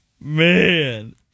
Man